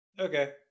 Okay